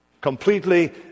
completely